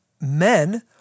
Men